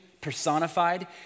personified